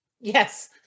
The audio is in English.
Yes